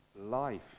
life